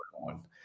one